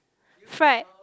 fried